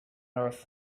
earth